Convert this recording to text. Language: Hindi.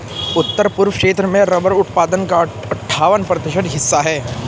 उत्तर पूर्व क्षेत्र में रबर उत्पादन का अठ्ठावन प्रतिशत हिस्सा है